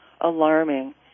alarming